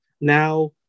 now